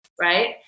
right